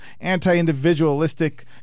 anti-individualistic